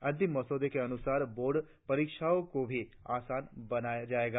अंतिम मसौदे के अनुसार बोर्ड परीक्षाओं को भी आसान बनाया जायेगा